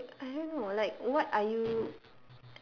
and like I don't know like what are you